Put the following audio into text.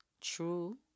true